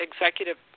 executive